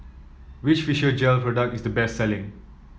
which Physiogel product is the best selling